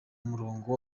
murongo